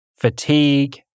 fatigue